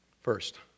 First